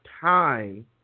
time